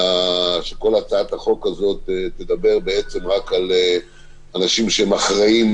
שכל הצעת החוק הזאת תדבר בעצם רק על אנשים שהם אחראים